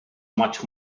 much